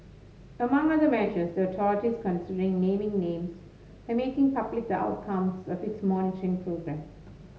among other measures the considering naming names by making public outcomes of its monitoring programme